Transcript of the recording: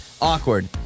awkward